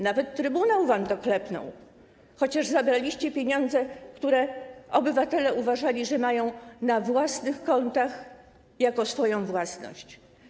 Nawet trybunał wam to klepnął, chociaż zabraliście pieniądze, choć obywatele uważali, że mają je na własnych kontach jako swoją własność.